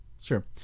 Sure